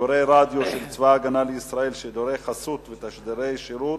שידורי רדיו של צבא-הגנה לישראל (שידורי חסות ותשדירי שירות)